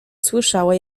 słyszała